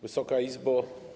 Wysoka Izbo!